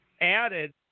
added